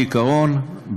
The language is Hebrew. בעיקרון,